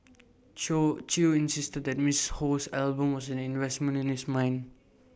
chew insisted that miss Ho's album was an investment in his mind